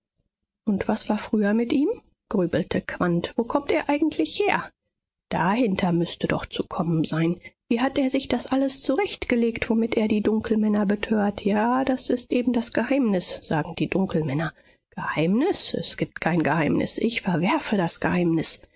und was war früher mit ihm grübelte quandt wo kommt er eigentlich her dahinter müßte doch zu kommen sein wie hat er sich das alles zurechtgelegt womit er die dunkelmänner betört ja das ist eben das geheimnis sagen die dunkelmänner geheimnis es gibt kein geheimnis ich verwerfe das geheimnis